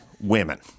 women